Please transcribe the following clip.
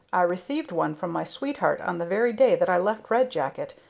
i received one from my sweetheart on the very day that i left red jacket,